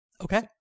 Okay